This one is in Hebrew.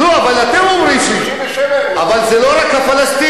לא, אבל אתם אומרים, 67'. אבל זה לא רק הפלסטינים.